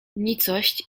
nicość